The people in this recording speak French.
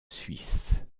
suisse